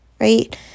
right